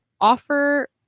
offer